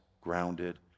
grounded